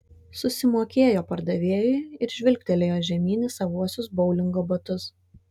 susimokėjo pardavėjui ir žvilgtelėjo žemyn į savuosius boulingo batus